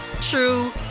true